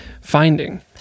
finding